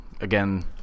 again